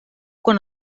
quan